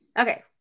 Okay